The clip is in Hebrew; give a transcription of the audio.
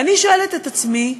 ואני שואלת את עצמי: